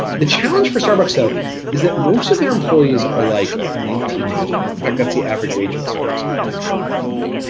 the challenge for starbucks though is that most of their employees are like, nineteen years old. in fact, that's the average age of a starbucks employee, nineteen.